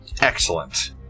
Excellent